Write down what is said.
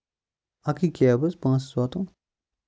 اَکٕے کیب حظ پانٛژھ واتو